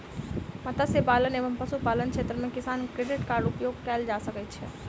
मत्स्य पालन एवं पशुपालन क्षेत्र मे किसान क्रेडिट कार्ड उपयोग कयल जा सकै छै